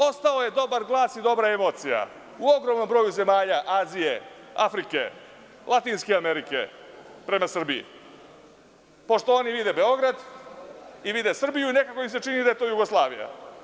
Ostao je dobar glas i dobra emocija u ogromnom broju zemalja Azije, Afrike, latinske Amerike prema Srbiji, pošto oni vide Beograd i vide Srbiju i nekako im se čini da je to Jugoslavija.